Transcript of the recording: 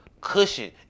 cushion